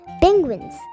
Penguins